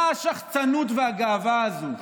מה השחצנות והגאווה הזאת?